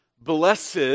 blessed